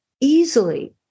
easily